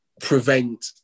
prevent